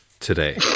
today